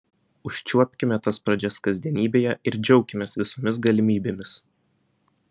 užčiuopkime tas pradžias kasdienybėje ir džiaukimės visomis galimybėmis